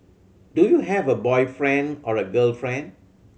do you have a boyfriend or a girlfriend